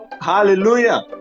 hallelujah